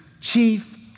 chief